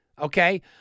okay